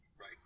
right